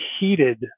heated